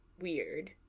weird